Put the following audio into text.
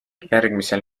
järgmisel